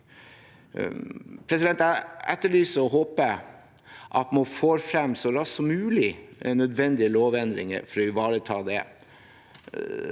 Jeg etterlyser og håper at man så raskt som mulig får frem nødvendige lovendringer for å ivareta det.